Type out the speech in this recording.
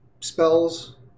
spells